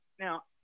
Now